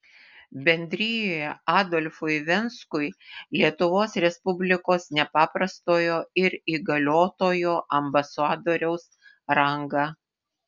bendrijoje adolfui venskui lietuvos respublikos nepaprastojo ir įgaliotojo ambasadoriaus rangą